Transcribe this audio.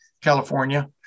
California